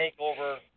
takeover